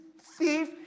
thief